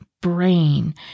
brain